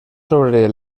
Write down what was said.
sobre